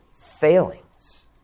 failings